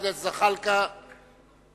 חבר הכנסת ג'מאל זחאלקה, בבקשה.